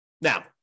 Now